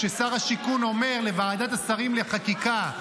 כששר השיכון אומר לוועדת שרים לחקיקה,